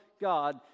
God